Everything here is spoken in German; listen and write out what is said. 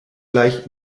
gleich